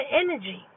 energy